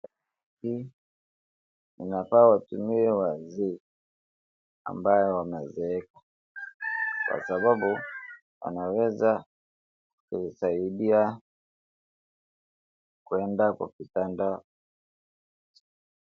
Hii inafaa watumie wazee, ambao wanazeeka, kwa sababu wanaweza kuwasaidia kwenda kwa kitanda...